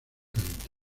vacante